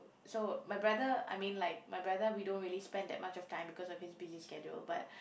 so my brother I mean like my brother we don't really spend that much of time because of his busy schedule but